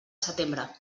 setembre